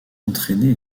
entraînés